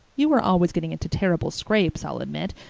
you were always getting into terrible scrapes, i'll admit,